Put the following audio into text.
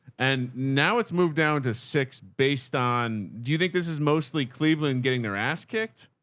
and now it's moved down to six based on, do you think this is mostly cleveland getting their ass kicked?